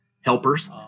helpers